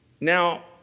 Now